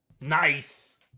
Nice